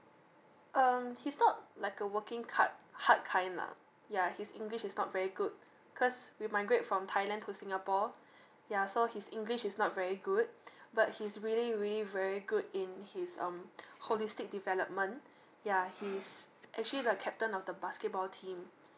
um he's not like a working card hard kind lah yeah his english is not very good cause we migrate from thailand to singapore yeah so his english is not very good but he's really really very good in his um holistic development yeah he is actually the captain of the basketball team